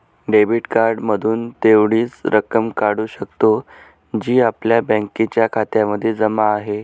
debit card मधून तेवढीच रक्कम काढू शकतो, जी आपल्या बँकेच्या खात्यामध्ये जमा आहे